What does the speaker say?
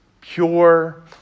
pure